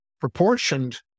proportioned